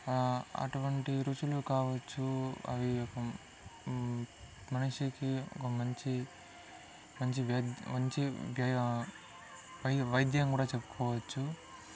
అటువంటి రుచులు కావచ్చు అవి మనిషికి ఒక మంచి మంచి మంచి వై వైద్యం కూడ చెప్పుకోవచ్చు